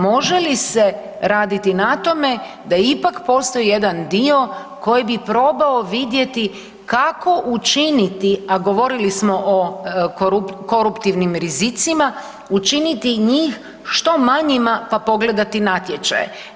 Može li se raditi na tome da ipak postoji jedan dio koji bi probao vidjeti kako učiniti, a govorili smo o koruptivnim rizicima, učiniti njih što manjima, pa pogledati natječaje.